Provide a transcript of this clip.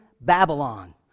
Babylon